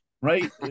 right